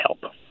help